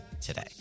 today